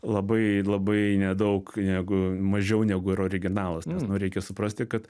labai labai nedaug negu mažiau negu ir originalas nes nu reikia suprasti kad